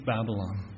Babylon